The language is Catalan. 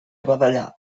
badallar